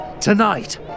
Tonight